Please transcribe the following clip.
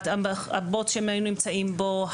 הבוץ שהם היו נמצאים בו,